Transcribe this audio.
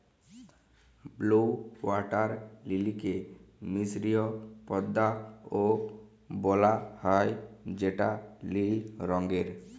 blue water লিলিকে মিসরীয় পদ্দা ও বলা হ্যয় যেটা লিল রঙের